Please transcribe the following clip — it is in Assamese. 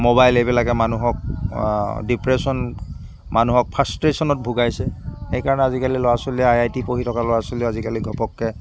মোবাইল এইবিলাকে মানুহক ডিপ্ৰেশ্যন মানুহক ফ্ৰাছট্ৰেশ্যনত ভোগাইছে সেইকাৰণে আজিকালি ল'ৰা ছোৱালীয়ে আই আই টি পঢ়ি থকা ল'ৰা ছোৱালীয়েও আজিকালি ঘপককৈ